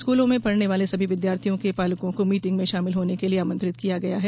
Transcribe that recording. स्कूलों में पढ़ने वाले सभी विद्यार्थियों के पालकों को मीटिंग में शामिल होने के लिए आमंत्रित किया गया है